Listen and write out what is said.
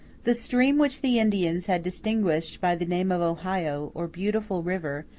the stream which the indians had distinguished by the name of ohio, or beautiful river,